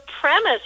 premise